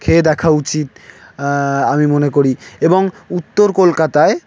খেয়ে দেখা উচিত আমি মনে করি এবং উত্তর কলকাতায়